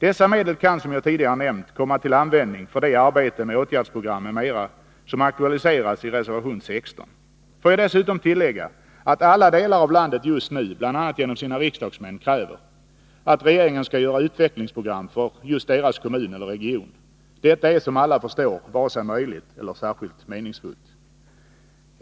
Dessa medel kan, som jag tidigare nämnt, komma till användning för det arbete med åtgärdsprogram m.m. som aktualiseras i reservation 16. Får jag dessutom tillägga att alla delar av landet just nu, bl.a. genom sina riksdagsmän, kräver att regeringen skall göra utvecklingsprogram för deras kommun eller region. Detta är, som alla förstår, varken möjligt eller särskilt meningsfullt.